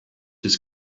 his